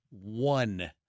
one